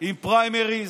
עם פריימריז.